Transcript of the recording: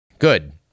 good